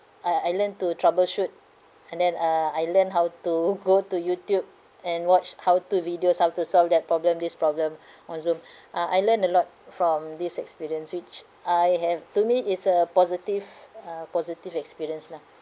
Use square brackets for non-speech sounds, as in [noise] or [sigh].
uh I learnt to troubleshoot and then uh I learnt how to go to YouTube and watch how to videos how to solve that problem this problem [breath] on zoom [breath] uh I learnt a lot from this experience which I have to me is a positive uh positive experience lah